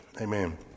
amen